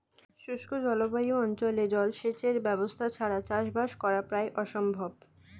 শুষ্ক জলবায়ু অঞ্চলে জলসেচের ব্যবস্থা ছাড়া চাষবাস করা প্রায় অসম্ভব